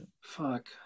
Fuck